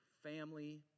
family